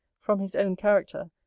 from his own character,